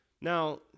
Now